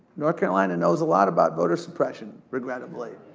north carolina knows a lot about voter suppression, regrettably.